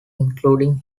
including